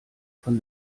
von